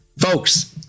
folks